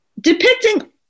depicting